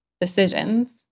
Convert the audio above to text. decisions